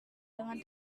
dengan